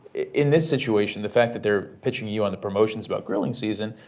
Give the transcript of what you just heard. in this situation, the fact that they're pitching you on the promotions about grilling season,